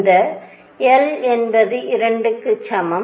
இந்த l என்பது 2 க்கு சமம்